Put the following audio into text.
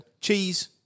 cheese